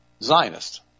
Zionist